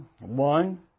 One